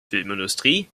filmindustrie